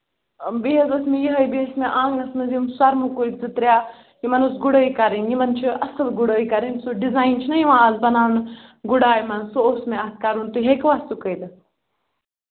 بیٚیہِ حظ ٲسۍ مےٚ یِہَے بیٚیہِ ٲسۍ مےٚ آنٛگنس منٛز یِم سۅرمہٕ کُلۍ زٕ ترٛےٚ تِمن ٲس گُڈٲے کَرٕنۍ یِمن چھِ اَصٕل گُڈٲے کَرٕنۍ سُہ ڈِزایِن چھُناہ از یِوان بَناونہٕ گُڈایہِ منٛز سُہ اوس مےٚ اَتھ کرُن تُہۍ ہیٚکوا سُہ اَتھ کٔرِتھ